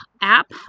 app